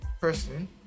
person